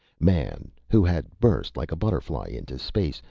man, who had burst like a butterfly into space,